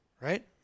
right